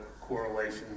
correlation